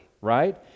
right